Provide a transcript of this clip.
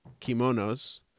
kimonos